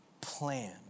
plan